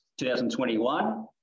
2021